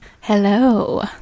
Hello